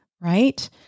right